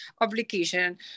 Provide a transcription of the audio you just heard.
obligation